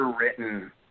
written